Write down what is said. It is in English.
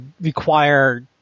require